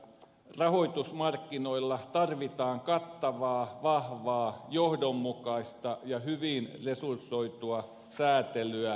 rahoitusmarkkinoilla tarvitaan kattavaa vahvaa johdonmukaista ja hyvin resursoitua säätelyä ja valvontaa